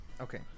Okay